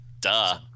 Duh